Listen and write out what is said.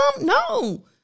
no